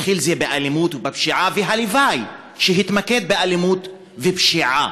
התחיל באלימות ובפשיעה - והלוואי שיתמקד באלימות ופשיעה.